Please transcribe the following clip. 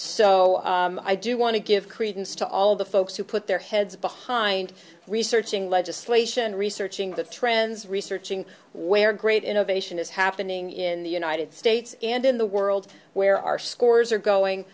so i do want to give credence to all the folks who put their heads behind researching legislation researching the trends researching where great innovation is happening in the united states and in the world where our scores are going